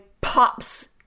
pops